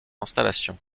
installations